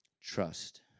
trust